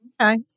Okay